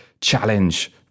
challenge